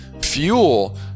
fuel